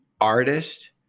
artist